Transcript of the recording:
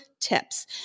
tips